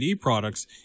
products